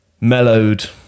mellowed